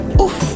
Oof